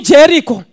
Jericho